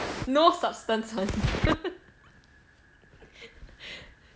no substance one